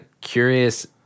curious